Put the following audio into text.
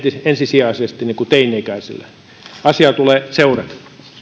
ensisijaisesti teini ikäisille asiaa tulee seurata